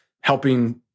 helping